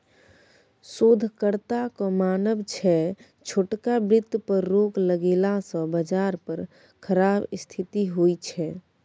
शोधकर्ताक मानब छै छोटका बित्त पर रोक लगेला सँ बजार पर खराब स्थिति होइ छै